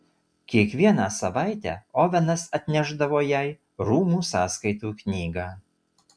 kiekvieną savaitę ovenas atnešdavo jai rūmų sąskaitų knygą